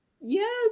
Yes